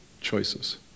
choices